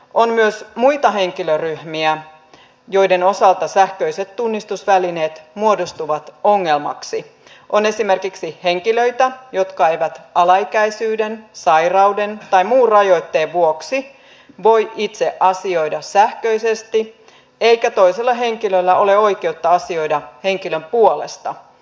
on myös muita henkilöryhmiä joiden osalta sähköiset tunnistusvälineet muodostuvat ongelmaksi on esimerkiksi henkilöitä jotka eivät alaikäisyyden sairauden tai muun rajoitteen vuoksi voi itse asioida sähköisesti eikä toisella henkilöllä ole oikeutta asioida henkilön puolesta